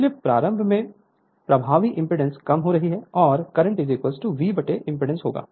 इसलिए प्रारंभ में प्रभावी एमपीडांस कम हो रही है और करंट V एमपीडांस होगा